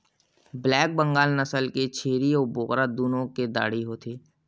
black Bengal नसल के छेरी अउ बोकरा दुनो के डाढ़ही होथे